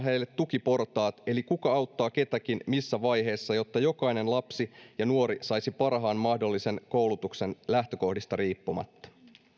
heille tukiportaat eli kuka auttaa ketäkin missä vaiheessa jotta jokainen lapsi ja nuori saisi parhaan mahdollisen koulutuksen lähtökohdista riippumatta